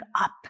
up